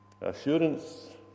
Assurance